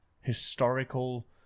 historical